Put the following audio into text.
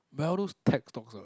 buy all those tax stocks lah